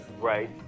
right